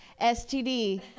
STD